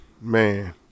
man